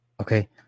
Okay